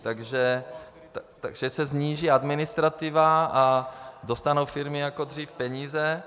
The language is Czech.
Takže se sníží administrativa a dostanou firmy jako dřív peníze.